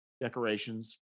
decorations